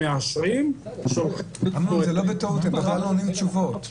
הם מאשרים --- הם לא עונים לא כי הם לא יודעים תשובות.